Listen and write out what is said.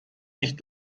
nicht